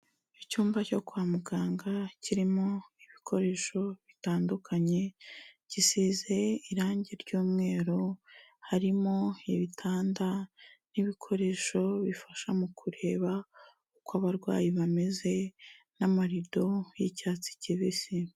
Icyumba cyo kwa muganga kirimo ibikoresho bitandukanye, gisize irangi ry'umweru, harimo ibitanda n'ibikoresho bifasha mu kureba uko abarwayi bameze n'amarido y'icyatsi kibisi.